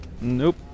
Nope